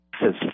says